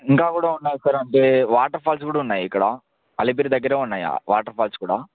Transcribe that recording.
ఇంకా కూడా ఉన్నాయి సార్ అంటే వాటర్ ఫాల్స్ కూడా ఉన్నాయి ఇక్కడా అలిపిరి దగ్గర ఉన్నాయి వాటర్ ఫాల్స్ కూడా